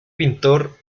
pintor